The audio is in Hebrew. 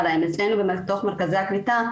משרד העלייה והקליטה,